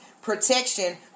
Protection